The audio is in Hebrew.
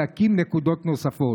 להקים נקודות נוספות,